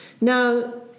Now